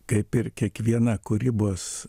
kaip ir kiekviena kūrybos